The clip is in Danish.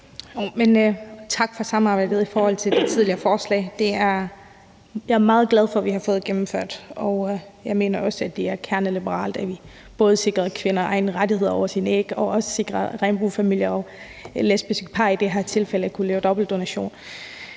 Tak for samarbejdet i forhold til det tidligere forslag. Det er jeg meget glad for at vi har fået gennemført, og jeg mener også, at det er kerneliberalt, at vi både har sikret kvinder egne rettigheder over deres æg og også har sikret, at regnbuefamilier og lesbiske par i det her tilfælde kan lave dobbeltdonation.